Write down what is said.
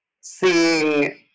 seeing